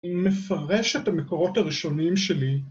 מפרש את המקורות הראשונים שלי.